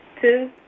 two